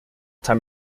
time